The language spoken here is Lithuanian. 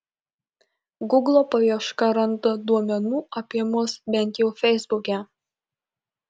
guglo paieška randa duomenų apie mus bent jau feisbuke